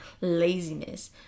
laziness